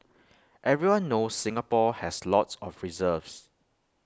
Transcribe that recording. everyone knows Singapore has lots of reserves